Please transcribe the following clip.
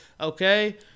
Okay